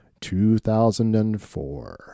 2004